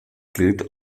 gilt